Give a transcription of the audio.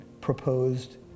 proposed